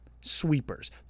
sweepers